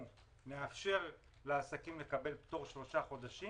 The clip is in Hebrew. נאפשר לעסקים לקבל פטור במשך שלושה חודשים